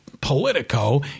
Politico